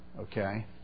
Okay